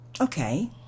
Okay